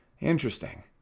Interesting